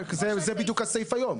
זה בדיוק הסעיף היום.